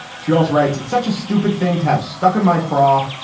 she also writes, it's such a stupid thing to have stuck in my craw,